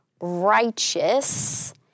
righteous